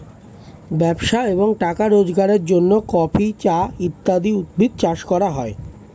ব্যবসা এবং টাকা রোজগারের জন্য কফি, চা ইত্যাদি উদ্ভিদ চাষ করা হয়